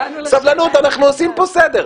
סבלנות, אנחנו עושים פה סדר.